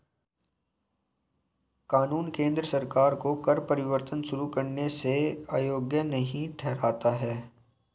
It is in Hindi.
कानून केंद्र सरकार को कर परिवर्तन शुरू करने से अयोग्य नहीं ठहराता है